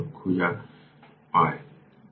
এই জন্য একটি প্রশ্ন